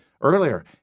earlier